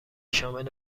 شامل